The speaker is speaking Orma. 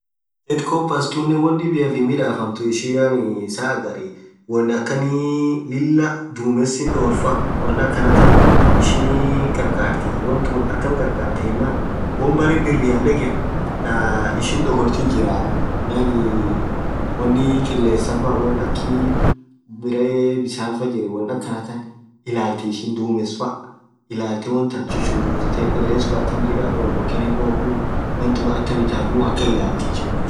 Woth kkopas tunen wonn dhibiaf hin midhafamthu saa haghariii wonn akhanii Lilah dhumes dhorgh faa wonn akhana than ishin kharkharthiii wonn tun atam kharkharthiii yenen wonn berre birian dheken thaa ishin dhogrthithi jirah yaani wonni qilesa faa wonn akhii berre bisani faa Jiren wonn akhana than ilalthii ishin dhub dhumes faa ilalthe wontan chuchughusithe qiles khun atam Jira woo boken hirobbmuu wonn atam itha muu akhan ilathi huji taan